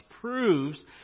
proves